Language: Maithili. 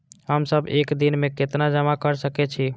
हम सब एक दिन में केतना जमा कर सके छी?